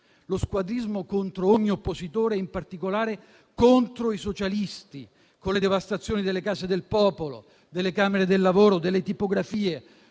lo squadrismo contro ogni oppositore e in particolare contro i socialisti, con le devastazioni delle Case del popolo, delle Camere del lavoro e delle tipografie